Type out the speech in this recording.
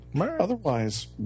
Otherwise